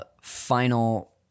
Final